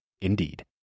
Indeed